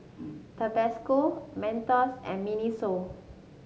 Tabasco Mentos and Miniso